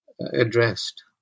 addressed